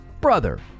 brother